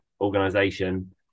organization